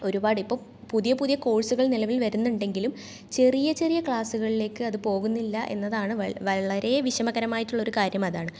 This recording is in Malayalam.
ഒരുപാടിപ്പ പുതിയ പുതിയ കോഴ്സുകൾ നിലവിൽ വരുന്നുണ്ടെങ്കിലും ചെറിയ ചെറിയ ക്ലാസുകളിലേക്ക് അത് പോകുന്നില്ല എന്നതാണ് വള് വളരെ വിഷമകരമായിട്ടുള്ള ഒരു കാര്യം അതാണ്